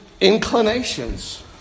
inclinations